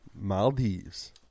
Maldives